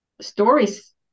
stories